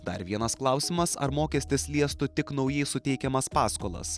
dar vienas klausimas ar mokestis liestų tik naujai suteikiamas paskolas